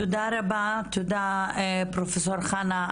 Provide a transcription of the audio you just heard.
תודה רבה, תודה פרופסור חנה.